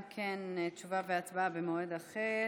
אם כן, תשובה והצבעה במועד אחר.